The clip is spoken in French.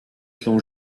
plan